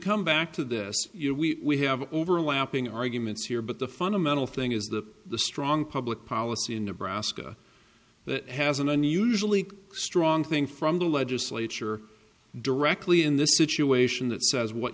come back to this you know we have overlapping arguments here but the fundamental thing is that the strong public policy in nebraska that has an unusually strong thing from the legislature directly in this situation that says what